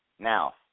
Now